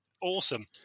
Awesome